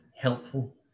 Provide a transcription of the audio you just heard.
helpful